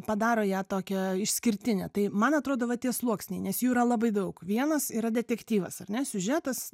padaro ją tokią išskirtinę tai man atrodo va tie sluoksniai nes jų yra labai daug vienas yra detektyvas ar ne siužetas